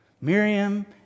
Miriam